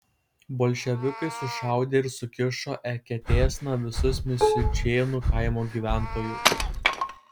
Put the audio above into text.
bolševikai sušaudė ir sukišo eketėsna visus misiučėnų kaimo gyventojus